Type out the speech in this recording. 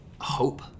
hope